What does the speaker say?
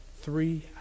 three